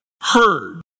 heard